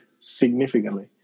significantly